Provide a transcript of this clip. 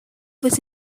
this